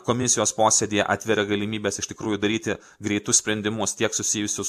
komisijos posėdyje atveria galimybes iš tikrųjų daryti greitus sprendimus tiek susijusius